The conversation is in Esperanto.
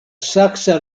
saksa